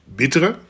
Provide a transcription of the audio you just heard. bittere